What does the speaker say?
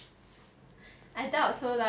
I doubt so lah